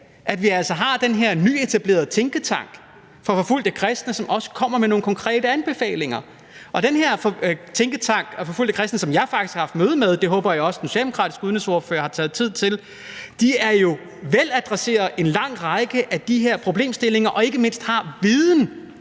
altså har den her nyetablerede tænketank for forfulgte kristne, som også kommer med nogle konkrete anbefalinger. Den her tænketank for forfulgte kristne, som jeg faktisk har haft møde med – det håber jeg også at den socialdemokratiske udenrigsordfører har taget sig tid til – vil jo adressere en lang række af de her problemstillinger og har ikke mindst viden